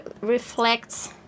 reflects